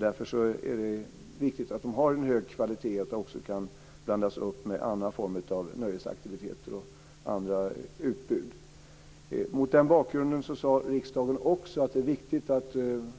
Därför är det viktigt att de är av hög kvalitet och kan blandas upp med andra former av nöjesaktiviteter. Mot den bakgrunden sade riksdagen också att det är viktigt att